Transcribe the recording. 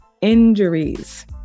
injuries